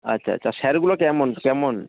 আচ্ছা আচ্ছা আর স্যারগুলো কেমন কেমন